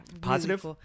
positive